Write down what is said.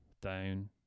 down